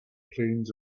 plains